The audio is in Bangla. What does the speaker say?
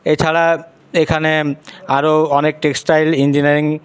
এছাড়া এখানে আরও অনেক টেক্সটাইল ইঞ্জিনিয়ারিং